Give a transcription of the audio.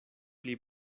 pli